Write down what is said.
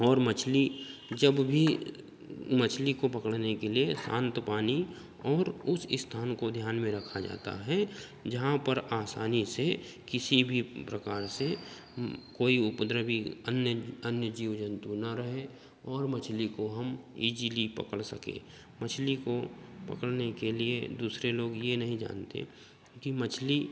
और मछली जब भी मछली को पकड़ने के लिए शांत पानी और उस स्थान को ध्यान में रखा जाता है जहाँ पर आसानी से किसी भी प्रकार से कोई उपद्रवी अन्य अन्य जीव जन्तु न रहे और मछली को हम इजीली पकड़ सकें मछली को पकड़ने के लिए दूसरे लोग यह नहीं जानते कि मछली